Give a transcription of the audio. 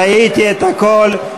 ראיתי את הכול.